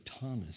Thomas